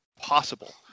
possible